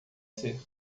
ser